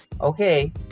okay